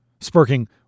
sparking